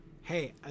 Hey